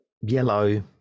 Yellow